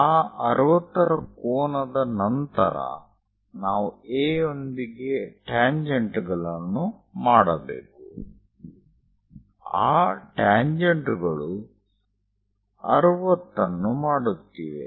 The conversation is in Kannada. ಆ 60ರ ಕೋನದ ನಂತರ ನಾವು A ಯೊಂದಿಗೆ ಟ್ಯಾಂಜೆಂಟ್ ಗಳನ್ನು ಮಾಡಬೇಕು ಆ ಟ್ಯಾಂಜೆಂಟ್ ಗಳು 60 ಅನ್ನು ಮಾಡುತ್ತಿವೆ